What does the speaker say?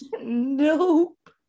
Nope